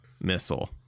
missile